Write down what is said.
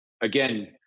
Again